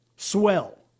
Swell